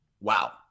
wow